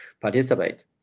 participate